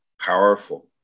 powerful